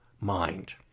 mind